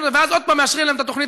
אז עוד פעם מאשרים להם את התוכנית,